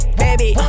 baby